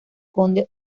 conde